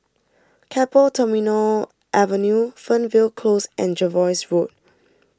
Keppel Terminal Avenue Fernvale Close and Jervois Road